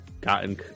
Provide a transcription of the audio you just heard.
gotten